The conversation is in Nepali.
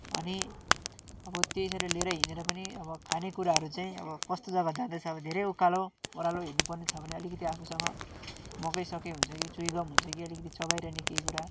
अनि अब त्यसरी लिएर हिँडेर पनि अब खानेकुराहरू चाहिँ अब कस्तो जग्गा जाँदैछ अब धेरै उकालो ओह्रालो हिँड्नुपर्ने छ भने अलिकिति आफूसँग मकैसकै हुन्छ कि चुइगम हुन्छ कि अलिकति चबाइरहने केही कुरा